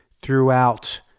throughout